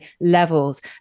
levels